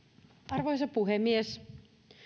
arvoisa puhemies